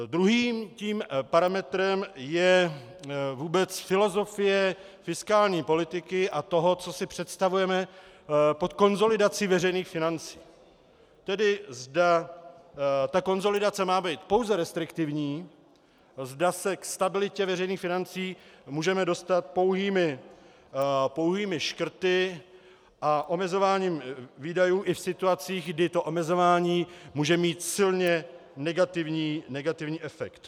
Druhým tím parametrem je vůbec filozofie fiskální politiky a toho, co si představujeme pod konsolidací veřejných financí, tedy zda ta konsolidace má být pouze restriktivní, zda se k stabilitě veřejných financí můžeme dostat pouhými škrty a omezováním výdajů i v situacích, kdy to omezování může mít silně negativní efekt.